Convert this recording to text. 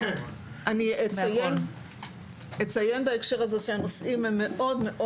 אני אציין בהקשר הזה שהנושאים הם מאוד מאוד